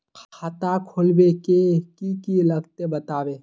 खाता खोलवे के की की लगते बतावे?